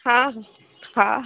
ହଁ ହଁ ହ